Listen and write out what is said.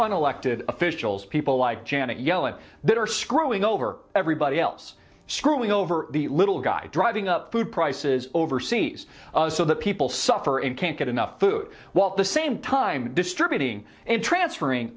an elected officials people like janet yellen that are screwing over everybody else screwing over the little guy driving up food prices overseas so that people suffer and can't get enough food while at the same time distributing and transferring